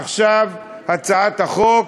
עכשיו הצעת החוק